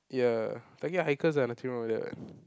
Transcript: ya target hikers ah nothing wrong with that [what]